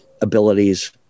abilities